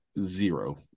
zero